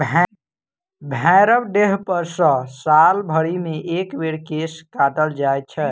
भेंड़क देहपर सॅ साल भरिमे एक बेर केश के काटल जाइत छै